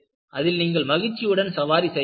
அதில் நீங்கள் மகிழ்ச்சியுடன் சவாரி செய்யலாம்